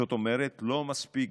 זאת אומרת, לא נסתפק